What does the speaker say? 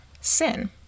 sin